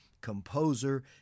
composer